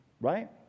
right